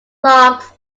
larks